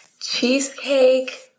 cheesecake